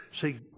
See